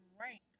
rank